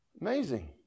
Amazing